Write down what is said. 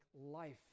life